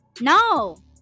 No